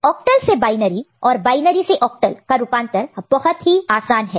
octal से binary और binary से ऑक्टल का रूपांतर कन्वर्जन conversion बहुत ही आसान है